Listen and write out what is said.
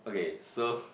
okay so